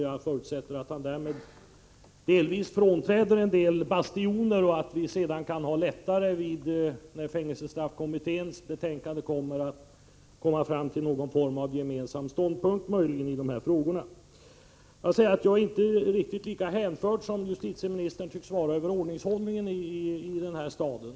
Jag förutsätter att han därmed frånträder en del bastioner och att det när fängelsestraffkommitténs betänkande kommer möjligen blir lättare för oss att nå en gemensam ståndpunkt i dessa frågor. Jag är inte riktigt lika hänförd som justitieministern tycks vara över ordningshållningen i denna stad.